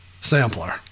Sampler